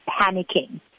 panicking